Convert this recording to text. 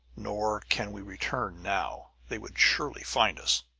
nor can we return now they would surely find us!